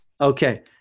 Okay